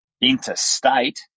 interstate